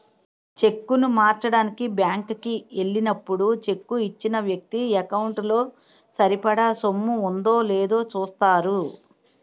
చెక్కును మార్చడానికి బ్యాంకు కి ఎల్లినప్పుడు చెక్కు ఇచ్చిన వ్యక్తి ఎకౌంటు లో సరిపడా సొమ్ము ఉందో లేదో చూస్తారు